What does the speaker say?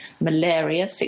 malaria